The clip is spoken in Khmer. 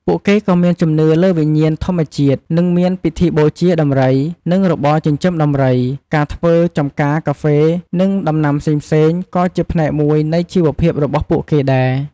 ពួកគេក៏មានជំនឿលើវិញ្ញាណធម្មជាតិ និងមានពិធីបូជាដំរី និងរបរចិញ្ចឹមដំរី ការធ្វើចម្ការកាហ្វេ និងដំណាំផ្សេងៗ ក៏ជាផ្នែកមួយនៃជីវភាពរបស់ពួកគេដែរ។